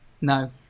No